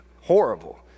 horrible